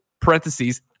Parentheses